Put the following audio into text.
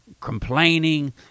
complaining